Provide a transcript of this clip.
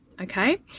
Okay